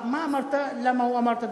מה אמרת, למה הוא אמר את הדברים?